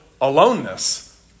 aloneness